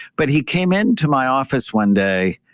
but he came in to my office one day.